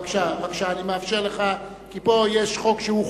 בבקשה, אני מאפשר לך, כי פה יש חוק שהוא חוקתי.